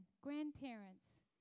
grandparents